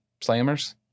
slammers